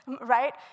right